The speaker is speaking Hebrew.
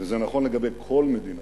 וזה נכון לגבי כל מדינה,